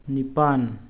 ꯅꯤꯄꯥꯟ